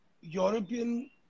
European